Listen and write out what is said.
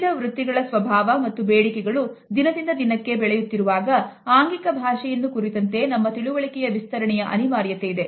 ವಿವಿಧ ವೃತ್ತಿಗಳ ಸ್ವಭಾವ ಮತ್ತು ಬೇಡಿಕೆಗಳು ದಿನದಿಂದ ದಿನಕ್ಕೆ ಬೆಳೆಯುತ್ತಿರುವಾಗ ಆಂಗಿಕ ಭಾಷೆಯನ್ನು ಕುರಿತಂತೆ ನಮ್ಮ ತಿಳುವಳಿಕೆಯ ವಿಸ್ತರಣೆಯ ಅನಿವಾರ್ಯತೆ ಇದೆ